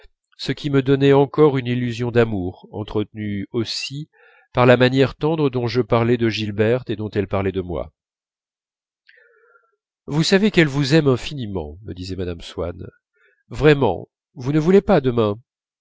ce qui me donnait encore une illusion d'amour entretenue aussi par la manière tendre dont je parlais de gilberte et dont elle parlait de moi vous savez qu'elle vous aime infiniment me disait mme swann vraiment vous ne voulez pas demain